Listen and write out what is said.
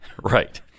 Right